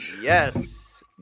Yes